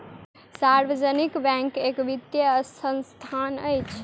सार्वजनिक बैंक एक वित्तीय संस्थान अछि